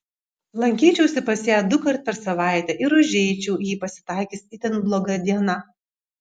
lankyčiausi pas ją dukart per savaitę ir užeičiau jei pasitaikys itin bloga diena